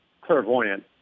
clairvoyant